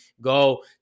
go